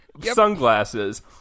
sunglasses